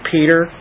Peter